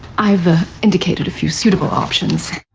i've indicated a few suitable options.